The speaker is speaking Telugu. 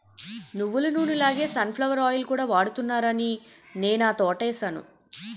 నువ్వులనూనె లాగే సన్ ఫ్లవర్ ఆయిల్ కూడా వాడుతున్నారాని నేనా తోటేసాను